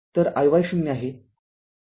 तर iy ० आहे